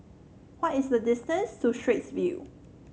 what is the distance to Straits View